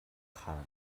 khar